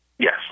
Yes